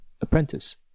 apprentice